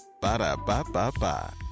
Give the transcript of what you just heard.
Ba-da-ba-ba-ba